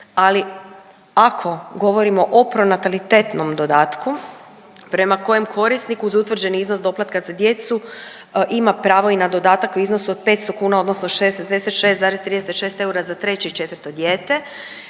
ali ako govorimo o pronatalitetnom dodatku prema kojem korisniku za utvrđeni iznos doplatka za djecu ima pravo i na dodatak u iznosu od 500 kuna odnosno 60 56,36 eura za treće i četvrto dijete